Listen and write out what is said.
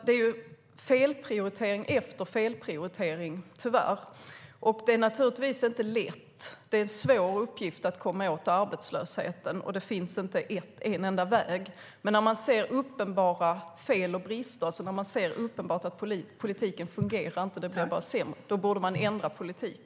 Det är felprioritering efter felprioritering, tyvärr. Det är naturligtvis inte lätt; det är en svår uppgift att komma åt arbetslösheten, och det finns inte en enda väg. Men när man ser uppenbara fel och brister och ser att politiken inte fungerar utan att allt bara blir sämre borde man ändra politik.